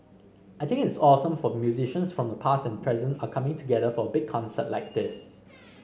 I think it's awesome for the musicians from the past and present are coming together for a big concert like this